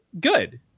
good